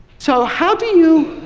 so, how do you